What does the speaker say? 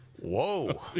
Whoa